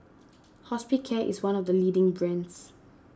Hospicare is one of the leading brands